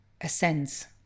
ascends